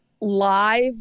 live